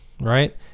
Right